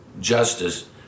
justice